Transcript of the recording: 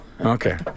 Okay